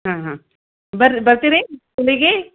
ಆಂ ಹಾಂ ಬರ್ರಿ ಬರ್ತೀರಾ ಇಲ್ಲಿಗೆ